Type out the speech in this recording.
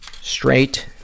straight